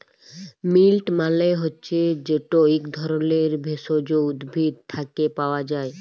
মিল্ট মালে হছে যেট ইক ধরলের ভেষজ উদ্ভিদ থ্যাকে পাওয়া যায়